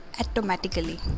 automatically